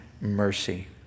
mercy